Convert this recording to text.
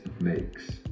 makes